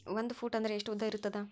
ಒಂದು ಫೂಟ್ ಅಂದ್ರೆ ಎಷ್ಟು ಉದ್ದ ಇರುತ್ತದ?